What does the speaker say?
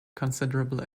considerable